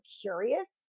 curious